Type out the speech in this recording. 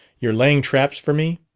you're laying traps for me?